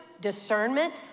discernment